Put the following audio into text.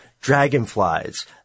Dragonflies